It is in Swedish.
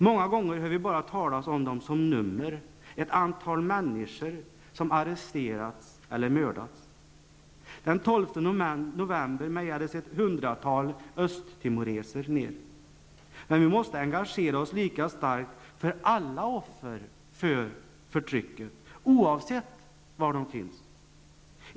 Många gånger hör vi bara talas om dem som nummer, ett antal människor som arresterats eller mördats; den 12 november mejades ett hundratal östtimoreser ner. Men vi måste engagera oss lika starkt för alla offer för förtrycket, oavsett var de finns.